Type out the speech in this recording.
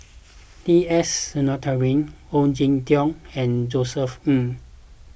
T S Sinnathuray Ong Jin Teong and Josef Ng